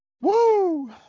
Woo